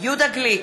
יהודה גליק,